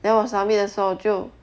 then 我 submit 的时候就